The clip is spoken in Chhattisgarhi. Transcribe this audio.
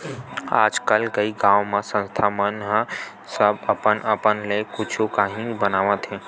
आजकल कइ गाँव म संस्था मन ह सब अपन अपन ले कुछु काही बनावत हे